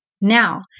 now